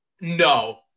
no